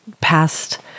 past